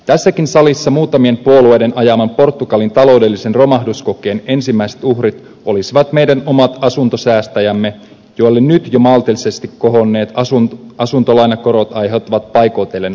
tässäkin salissa muutamien puolueiden ajaman portugalin taloudellisen romahduskokeen ensimmäiset uhrit olisivat meidän omat asuntosäästäjämme joille maltillisesti kohonneet asuntolainakorot aiheuttavat jo nyt paikoitellen ongelmia